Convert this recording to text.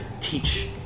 teach